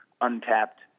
Untapped